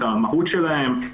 ואת המהות שלהם.